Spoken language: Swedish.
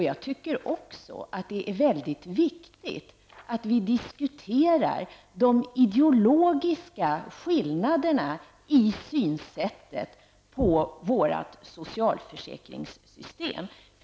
Jag tycker också att det är viktigt att vi diskuterar de ideologiska skillnaderna i synsätten när det gäller vårt socialförsäkringssystem.